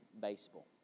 baseball